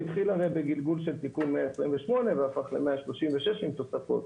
הוא התחיל הרי בגלגול של תיקון 128 והפך ל-136 עם תוספות.